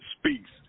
speaks